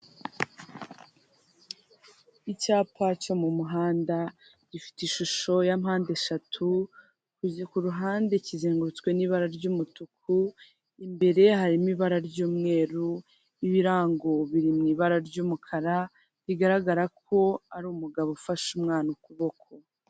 Icyapa cyo mu muhanda gifite ishusho ya mpandeshatu, ku ruhande kizengurutswe n'ibara ry'umutuku, imbere harimo ibara ry'umweru, ibirango biri mu ibara ry'umukara, bigaragara ko ari umugabo ufashe umwana ukuboko.